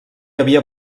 havia